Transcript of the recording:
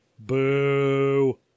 Boo